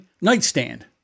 nightstand